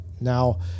Now